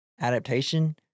adaptation